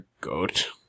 goat